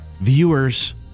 viewers